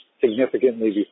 significantly